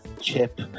chip